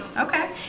Okay